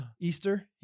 Easter